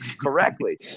correctly